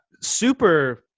super